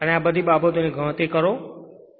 અને આ બધી બાબતોની ગણતરી કરવામાં આવે છે